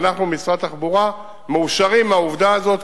ואנחנו במשרד התחבורה מאושרים מהעובדה הזאת,